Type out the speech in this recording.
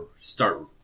start